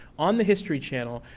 on the history channel,